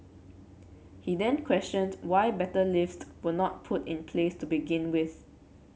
he then questioned why better lifts were not put in place to begin with